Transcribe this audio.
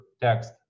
text